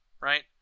right